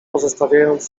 pozostawiając